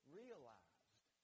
realized